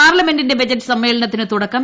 പാർലമെന്റിന്റെ ബജറ്റ് സമ്മേളനത്തിന് തുടക്കം